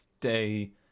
day